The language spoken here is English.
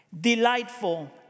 delightful